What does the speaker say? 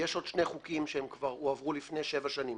יש עוד שני חוקים שכבר הועברו לפני שבע שנים